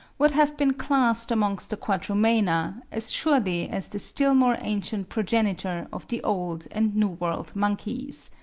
would have been classed amongst the quadrumana, as surely as the still more ancient progenitor of the old and new world monkeys.